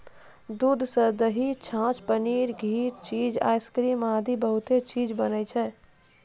दूध सॅ दही, छाछ, पनीर, घी, चीज, आइसक्रीम आदि बहुत चीज बनै छै